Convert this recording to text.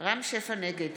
נגד